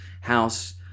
house